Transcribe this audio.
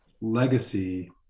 legacy